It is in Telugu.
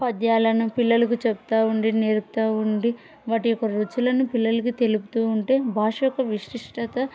పద్యాలను పిల్లలకు చెప్తూ ఉండి నేర్పుతూ ఉండి వాటి యొక్క రుచులను పిల్లలకి తెలుపుతూ ఉంటే భాష యొక్క విశిష్టత